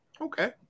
okay